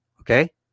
Okay